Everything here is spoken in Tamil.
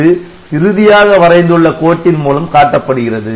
இது இறுதியாக வரைந்துள்ள கோட்டின் மூலம் காட்டப்படுகிறது